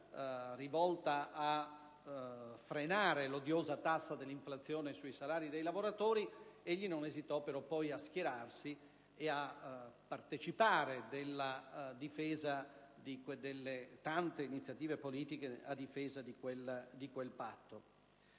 rivolta a frenare l'odiosa tassa dell'inflazione sui salari dei lavoratori, egli non esitò poi a schierarsi e a partecipare alle tante iniziative politiche a difesa di quel patto.